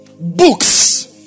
Books